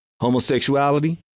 Homosexuality